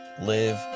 Live